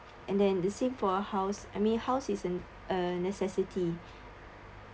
and then the same for a house I mean house is a a necessity